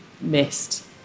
missed